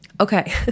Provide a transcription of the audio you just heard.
Okay